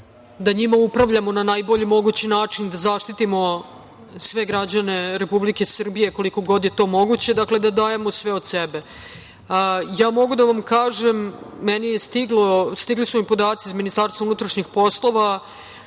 da njima upravljamo na najbolji mogući način, da zaštitimo sve građane Republike Srbije koliko god je to moguće, dakle, da dajemo sve od sebe. Mogu da vam kažem, meni su stigli podaci iz MUP od strane policijskih